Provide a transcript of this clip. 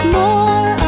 more